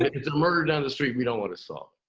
it's a murder down the street, we don't want to solve